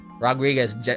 Rodriguez